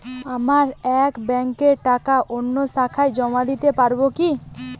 আমার এক ব্যাঙ্কের টাকা অন্য শাখায় জমা দিতে পারব কি?